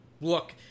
Look